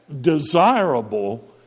desirable